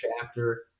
chapter